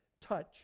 touch